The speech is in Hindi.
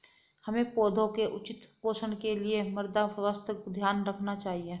हमें पौधों के उचित पोषण के लिए मृदा स्वास्थ्य का ध्यान रखना चाहिए